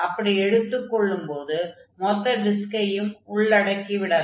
அப்படி எடுத்துக் கொள்ளும்போது மொத்த டிஸ்க்கையும் உள்ளடக்கிவிடலாம்